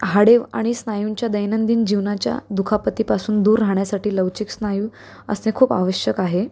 हाडे आणि स्नायूंच्या दैनंदिन जीवनाच्या दुखापतीपासून दूर राहण्यासाठी लवचिक स्नायू असणे खूप आवश्यक आहे